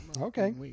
Okay